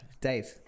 Dave